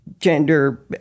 gender